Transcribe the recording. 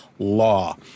law